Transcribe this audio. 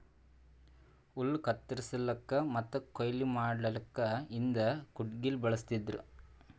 ಹುಲ್ಲ್ ಕತ್ತರಸಕ್ಕ್ ಮತ್ತ್ ಕೊಯ್ಲಿ ಮಾಡಕ್ಕ್ ಹಿಂದ್ ಕುಡ್ಗಿಲ್ ಬಳಸ್ತಿದ್ರು